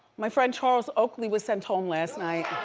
my friend charles oakley was sent home last night.